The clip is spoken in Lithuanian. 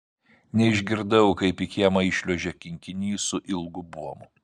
neišgirdau kaip į kiemą įšliuožė kinkinys su ilgu buomu